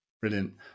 Brilliant